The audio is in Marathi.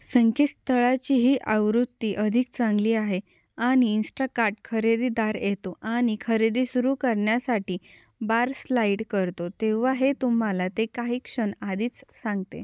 संकेतस्थळाची ही आवृत्ती अधिक चांगली आहे आणि इंस्टाकार्ट खरेदीदार येतो आणि खरेदी सुरू करण्यासाठी बार स्लाईड करतो तेव्हा हे तुम्हाला ते काही क्षण आधीच सांगते